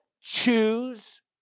choose